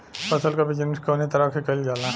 फसल क बिजनेस कउने तरह कईल जाला?